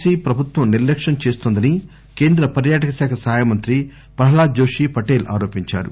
C ప్రభుత్వం నిర్లక్ష్యం చేస్తోందని కేంద్ర పర్యాటక శాఖ సహాయ మంత్రి ప్రహలాద్ సింగ్ పటేల్ ఆరోపించారు